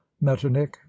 metternich